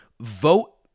vote